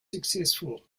successful